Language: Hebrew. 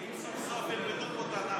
סוף-סוף ילמדו פה תנ"ך.